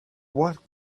what